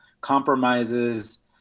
compromises